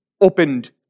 opened